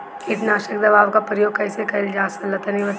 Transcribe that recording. कीटनाशक दवाओं का प्रयोग कईसे कइल जा ला तनि बताई?